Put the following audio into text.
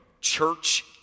church